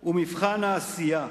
הוא מבחן העשייה.